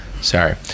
sorry